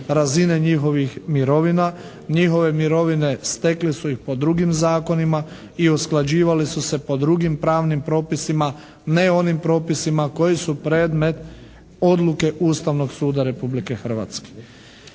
razine njihovih mirovina. Njihove mirovine stekli su ih po drugim zakonima i usklađivali su se po drugim pravnim propisima. Ne onim propisima koji su predmet odluke Ustavnog suda Republike Hrvatske.